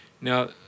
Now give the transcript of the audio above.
Now